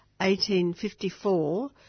1854